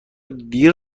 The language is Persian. دیر